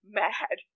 mad